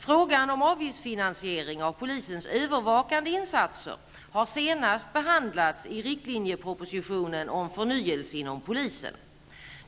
Frågan om avgiftsfinansiering av polisens övervakande insatser har senast behandlats i riktlinjepropositionen om förnyelse inom polisen .